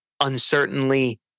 uncertainly